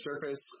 surface